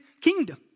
kingdom